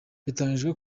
biteganyijwe